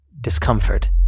discomfort